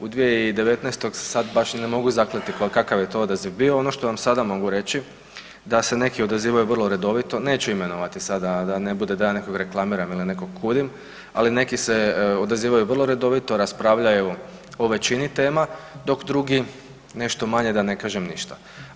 U 2019. se sad baš ne mogu zakleti kakav je to odaziv bio, ono što vam sada mogu reći da se neki odazivaju vrlo redovito, neću imenovati sada da ne bude da ja nekog reklamiram ili nekog kudim, ali neki se odazivaju vrlo redovito, raspravljaju o većini tema dok drugi nešto manje da ne kažem ništa.